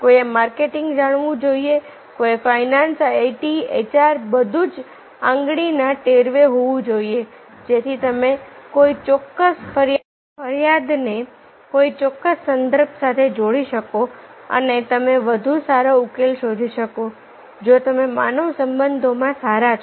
કોઈએ માર્કેટિંગ જાણવું જોઈએ કોઈએ ફાઈનાન્સ આઈટી એચઆર બધું જ આંગળીના ટેરવે હોવું જોઈએ જેથી તમે કોઈ ચોક્કસ ફરિયાદને કોઈ ચોક્કસ સંદર્ભ સાથે જોડી શકો અને તમે વધુ સારો ઉકેલ શોધી શકો જો તમે માનવ સંબંધોમાં સારા છો